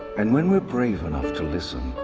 and when we're brave enough to listen,